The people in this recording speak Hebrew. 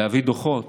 להביא דוחות